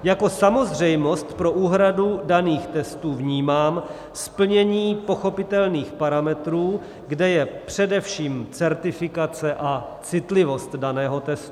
Jako samozřejmost pro úhradu daných testů vnímám splnění pochopitelných parametrů, kde je především certifikace a citlivost daného testu.